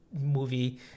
movie